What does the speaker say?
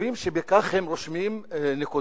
חושבים שבכך הם רושמים נקודות